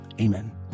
Amen